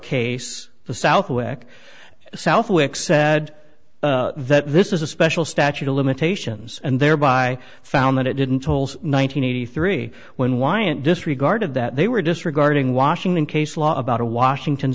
case the south southwick said that this is a special statute of limitations and thereby found that it didn't tolls nine hundred eighty three when wyant disregarded that they were disregarding washington case law about a washington